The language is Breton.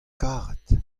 karet